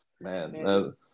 man